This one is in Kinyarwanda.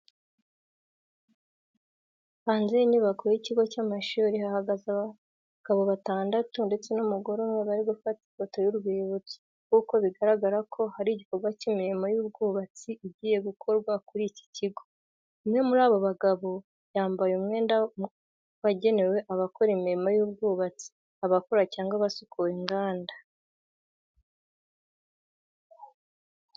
Hanze y'inyubako z'ikigo cy'amashuri hahagaze abagabo batandatu ndetse n'umugore umwe bari gufata ifoto y'urwibutso, kuko bigaragara ko hari igikorwa cy'imirimo y'ubwubatsi igiye gukorwa kuri iki kigo. Umwe muri abo bagabo yambaye umwenda wagenewe abakora imirimo y'ubwubatsi, abakora cyangwa abasura inganda.